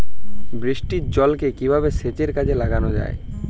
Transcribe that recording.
বৃষ্টির জলকে কিভাবে সেচের কাজে লাগানো য়ায়?